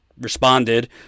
responded